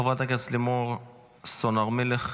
חברת הכנסת לימור סון הר מלך,